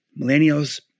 millennials